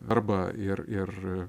arba ir ir